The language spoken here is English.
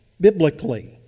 biblically